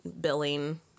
billing